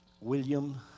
William